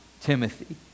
Timothy